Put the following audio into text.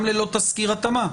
גם ללא תסקיר התאמה,